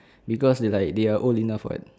because they like they are old enough [what]